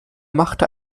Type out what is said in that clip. machte